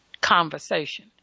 conversation